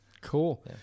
cool